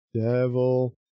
devil